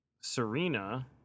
Serena